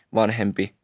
vanhempi